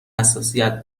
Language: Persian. حساسیت